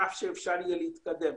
כך שאפשר יהיה להתקדם.